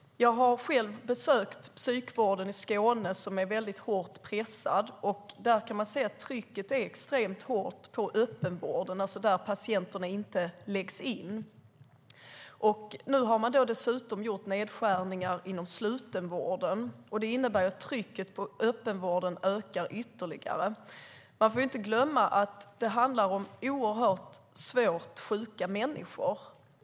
Jag har själv besökt psykvården i Skåne. Den är hårt pressad. Man kan se att trycket är extremt hårt på öppenvården, där patienterna inte läggs in. Nu har man dessutom gjort nedskärningar inom slutenvården. Det innebär att trycket på öppenvården ökar ytterligare. Man får inte glömma att det handlar om oerhört svårt sjuka människor.